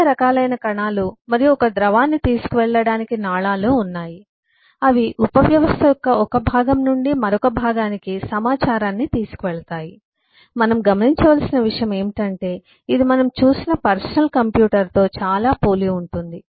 వివిధ రకాలైన కణాలు మరియు ఒక ద్రవాన్ని తీసుకువెళ్ళడానికి నాళాలు ఉన్నాయి అవి ఉపవ్యవస్థ యొక్క ఒక భాగం నుండి మరొక భాగానికి సమాచారాన్ని తీసుకువెళతాయి మనం గమనించవలసిన విషయం ఏమిటంటే ఇది మనం చూసిన పర్సనల్ కంప్యూటర్ తో చాలా పోలి ఉంటుంది